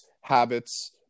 habits